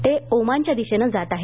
ते ओमानच्या दिशेनं जात आहे